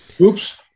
Oops